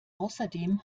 außerdem